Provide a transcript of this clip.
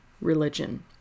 religion